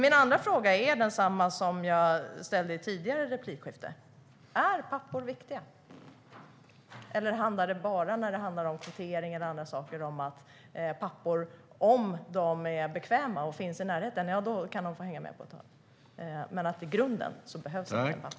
Min andra fråga är densamma som jag har ställt i tidigare replikskiften: Är pappor viktiga i det här sammanhanget eller bara när det handlar om kvotering eller annat, att pappor - om de är bekväma och finns i närheten - kan få hänga med på ett hörn då men att det i grunden inte behövs någon pappa?